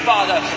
Father